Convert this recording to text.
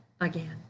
again